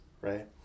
right